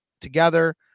together